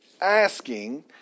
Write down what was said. asking